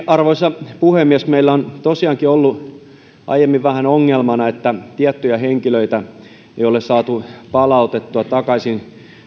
arvoisa puhemies meillä on tosiaankin ollut aiemmin vähän ongelmana että tiettyjä henkilöitä ei ole saatu palautettua takaisin